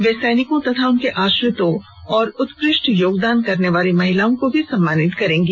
वे सैनिकों तथा उनके आश्रितों तथा उत्कृष्ट योगदान करने वाली महिलाओं को सम्मानित भी करेंगी